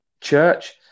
church